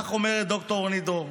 כך אומרת ד"ר רונית דרור.